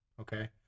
okay